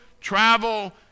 travel